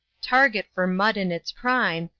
target for mud in its prime,